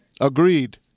Agreed